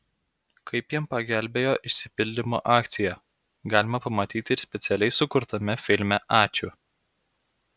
kaip jam pagelbėjo išsipildymo akcija galima pamatyti ir specialiai sukurtame filme ačiū